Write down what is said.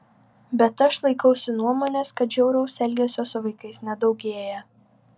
bet aš laikausi nuomonės kad žiauraus elgesio su vaikais nedaugėja